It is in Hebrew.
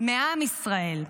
מעם ישראל,